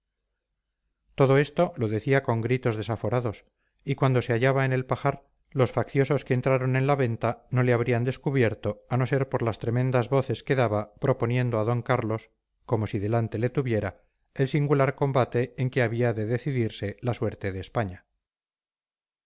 todo esto lo decía con gritos desaforados y cuando se hallaba en el pajar los facciosos que entraron en la venta no le habrían descubierto a no ser por las tremendas voces que daba proponiendo a d carlos como si delante le tuviera el singular combate en que había de decidirse la suerte de españa